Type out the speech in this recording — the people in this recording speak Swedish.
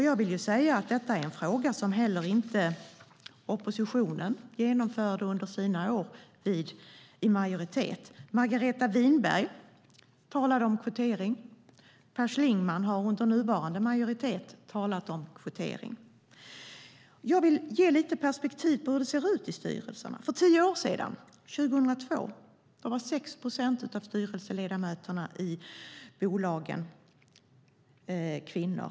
Jag vill säga att det är en fråga som inte heller oppositionen genomförde under sina år i majoritet. Margareta Winberg talade om kvotering. Per Schlingmann har under nuvarande majoritet talat om kvotering. Jag vill ge lite perspektiv på hur det ser ut i styrelserna. För tio år sedan, 2002, var 6 procent av styrelseledamöterna i bolagen kvinnor.